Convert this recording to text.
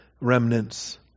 remnants